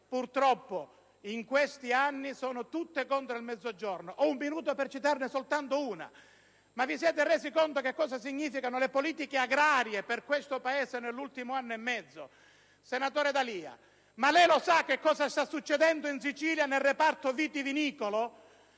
purtroppo in questi anni sono tutte contro il Mezzogiorno. Per citarne soltanto una: vi siete resi conto di cosa significano le politiche agrarie per questo Paese nell'ultimo anno e mezzo? Senatore D'Alia, lei lo sa che cosa sta succedendo in Sicilia nel reparto vitivinicolo?